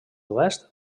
oest